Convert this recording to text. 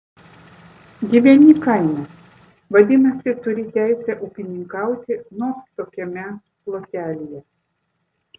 gyveni kaime vadinasi turi teisę ūkininkauti nors tokiame plotelyje